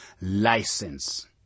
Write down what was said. license